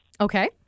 Okay